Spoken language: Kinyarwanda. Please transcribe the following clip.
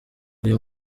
uyu